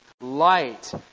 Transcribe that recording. light